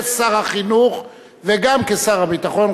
כשר החינוך וגם כשר הביטחון,